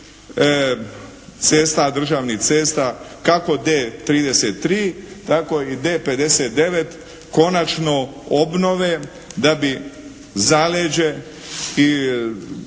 cesta, državnih cesta kako D33 tako i D59 konačno obnove da bi zaleđe i